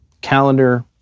Calendar